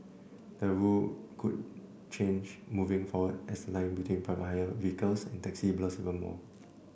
the rule could change moving forward as the line between private hire vehicles and taxis blurs even more